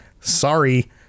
Sorry